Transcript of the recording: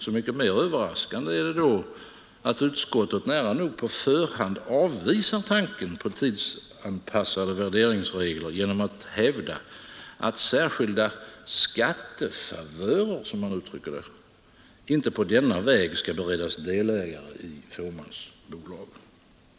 Så mycket mer överraskande är det då att utskottet nära nog på förhand avvisar tanken på tidsanpassade värderingsregler genom att hävda att särskilda skattefavörer, som man uttrycker det, inte på denna väg skall beredas delägare i fåmansbolagen.